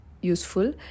useful